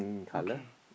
okay